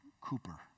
Cooper